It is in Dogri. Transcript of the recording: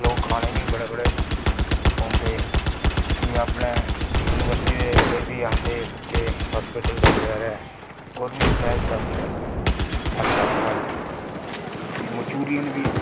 लोक खाने गी बी बड़े बड़े औंदे ते अपने यूनिवर्सिटी दे मुड़े बी आंदे जे हॉस्पिटल दे बगैरा होर बी स्नैक्स आक्खो अच्छा बनाने प्ही मंचुरियन बी